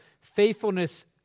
faithfulness